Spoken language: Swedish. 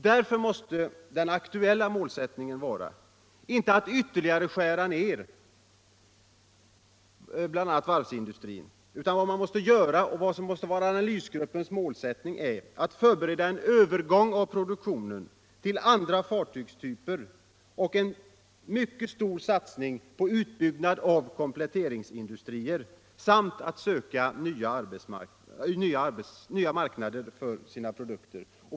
Därför måste analysgruppens aktuella målsättningen vara, inte att ytterligare skära ned — bl.a. varvsindustrin — utan att förbereda en övergång av produktionen till andra fartygstyper och en mycket stor satsning på utbyggnad av kompletteringsindustrier samt att söka nya marknader för produkterna.